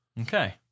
Okay